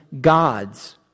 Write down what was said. God's